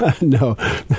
No